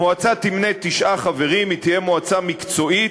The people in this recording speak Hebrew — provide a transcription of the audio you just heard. המועצה תמנה תשעה חברים, היא תהיה מועצה מקצועית,